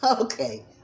Okay